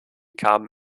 kamen